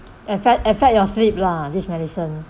affect affect your sleep lah this medicine